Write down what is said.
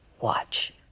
watch